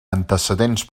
antecedents